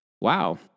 wow